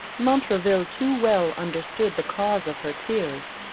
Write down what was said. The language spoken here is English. montraville too well understood the cause of her tears.